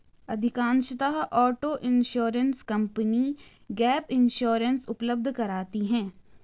अधिकांशतः auto insurance company gap insurance उपलब्ध कराती है